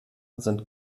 sind